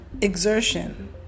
exertion